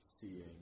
seeing